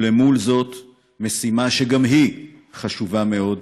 ולמול זאת משימה שגם היא חשובה מאוד,